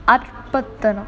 அற்புதம்:arpudham